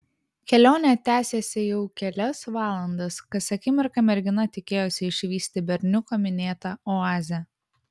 kelionė tęsėsi jau kelias valandas kas akimirką mergina tikėjosi išvysti berniuko minėtą oazę